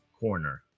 corner